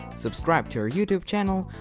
subscribe to our youtube channel,